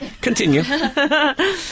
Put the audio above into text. continue